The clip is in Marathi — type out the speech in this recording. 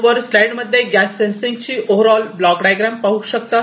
आपण वर स्लाईड मध्ये गॅस सेन्सिंग ची ओव्हर ऑल ब्लॉक डायग्रॅम पाहू शकतात